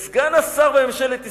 את סגן השר בממשלת ישראל,